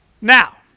Now